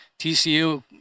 TCU